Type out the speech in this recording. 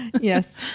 Yes